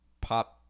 pop